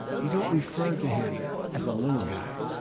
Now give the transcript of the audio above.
you don't refer to him as a little guy.